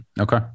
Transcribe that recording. Okay